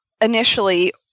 initially